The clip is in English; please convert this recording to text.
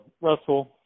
Russell